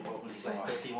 my god eh